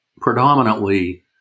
predominantly